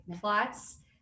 plots